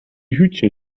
hütchen